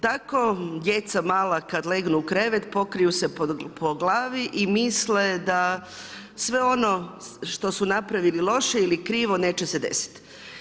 Tako djeca mala kad legnu u krevet, pokriju se po glavi i misle da sve ono što su napravili loše ili krivo neće se desiti.